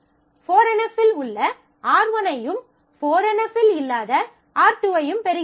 4 NF இல் உள்ள R1 ஐயும் 4 NF இல் இல்லாத R 2 ஐயும் பெறுகிறோம்